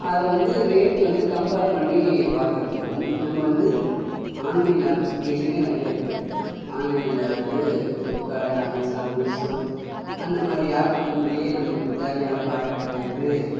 அதுவந்து ரேட் வந்து கம்ப்பேர் பண்ணி பார்க்கிறதுக்கும் நம்ம வந்து ஆன்லைன் அப்ளிகேஷனே நிறையா இருக்குது ஆன்லைன்ல வந்து ஃப்ளிப்கார்டு அமேசான் மீஸோ அந்தமாதிரி ஆப் குள்ளேயே நமக்கு தேவையான ப்ராடக்ட்டை வந்து